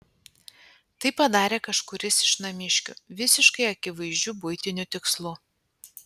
tai padarė kažkuris iš namiškių visiškai akivaizdžiu buitiniu tikslu